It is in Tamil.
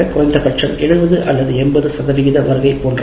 குறைந்தபட்சம் 75 அல்லது 80 சதவிகித வருகை போன்றவை